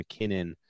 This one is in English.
McKinnon